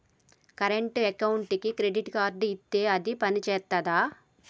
Current అకౌంట్కి credit card ఇత్తే అది పని చేత్తదా?